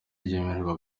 ryemerera